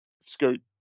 Scoot